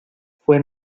fué